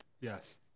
Yes